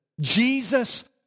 Jesus